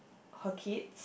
her kids